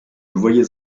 voyais